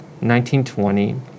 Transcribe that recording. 1920